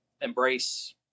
embrace